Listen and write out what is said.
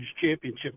championship